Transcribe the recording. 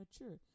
mature